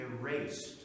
erased